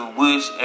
wish